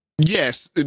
Yes